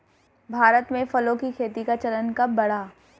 भारत में फलों की खेती का चलन कब बढ़ा?